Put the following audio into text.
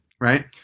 right